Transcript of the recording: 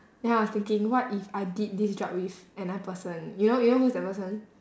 then I was thinking what if I did this job with another person you know you know who is that person